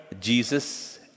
Jesus